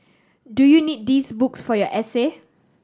do you need these books for your essay